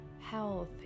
health